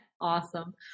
awesome